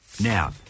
Now